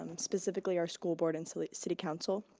um specifically our school board and city city council.